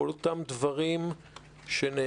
כל אותם דברים שנאספו,